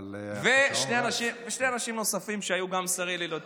שני אנשים נוספים שהיו גם שרים ללא תיק.